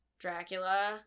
Dracula